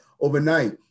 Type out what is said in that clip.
overnight